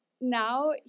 now